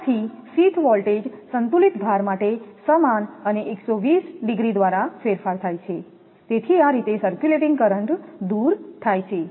ત્યારથી sheath voltage સંતુલિત ભાર માટે સમાન અને દ્વારા ફેરફાર થાય છે તેથી આ રીતે સર્ક્યુલેટિંગ કરંટ દૂર થાય છે